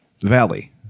Valley